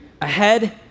ahead